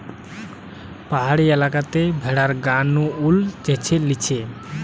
পাহাড়ি এলাকাতে ভেড়ার গা নু উল চেঁছে লিছে